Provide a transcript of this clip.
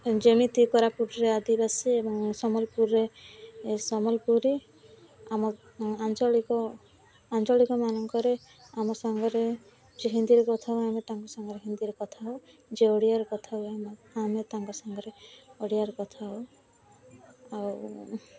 ଯେମିତି କୋରାପୁଟରେ ଆଦିବାସୀ ଏବଂ ସମ୍ବଲପୁରରେ ସମ୍ବଲପୁରୀ ଆମ ଆଞ୍ଚଳିକ ଆଞ୍ଚଳିକ ମାନଙ୍କରେ ଆମ ସାଙ୍ଗରେ ଯିଏ ହିନ୍ଦୀରେ କଥା ଆମେ ତାଙ୍କ ସାଙ୍ଗରେ ହିନ୍ଦୀରେ କଥା ହେଉ ଯିଏ ଓଡ଼ିଆରେ କଥାହୁଏ ଆମେ ତାଙ୍କ ସାଙ୍ଗରେ ଓଡ଼ିଆରେ କଥା ହେଉ ଆଉ